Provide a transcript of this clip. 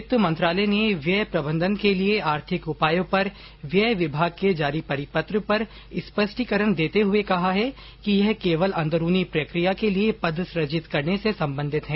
वित्त मंत्रालय ने व्यय प्रबंधन के लिए आर्थिक उपायों पर व्यय विभाग के जारी परिपत्र पर स्पष्टीकरण देते हुए कहा है कि यह केवल अंदरूनी प्रक्रिया के लिए पद सर्जित करने से संबंधित है